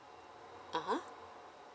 (uh huh)